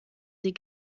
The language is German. sie